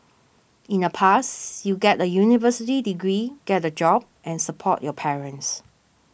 in the past you get a university degree get a job and support your parents